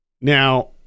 Now